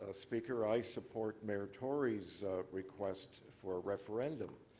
ah speaker, i support mayor tory's request for referendum.